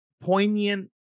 poignant